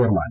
chairman